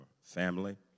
family